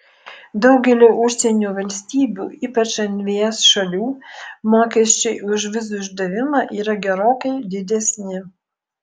daugelio užsienio valstybių ypač nvs šalių mokesčiai už vizų išdavimą yra gerokai didesni